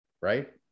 Right